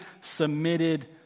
submitted